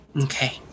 Okay